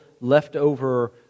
leftover